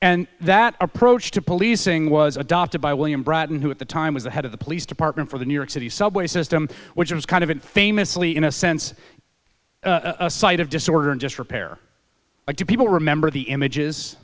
and that approach to policing was adopted by william bratton who at the time was the head of the police department for the new york city subway system which was kind of it famously in a sense a site of disorder and just repair or do people remember the images